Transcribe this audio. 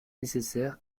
nécessaire